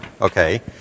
okay